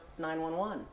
911